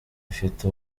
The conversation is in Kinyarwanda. ifite